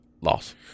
loss